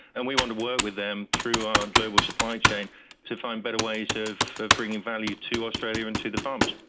and we want to work with them through our global supply chain to find better ways of of bringing value to australia and to the farmers.